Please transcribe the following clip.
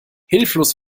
hilflos